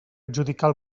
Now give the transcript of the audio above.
adjudicar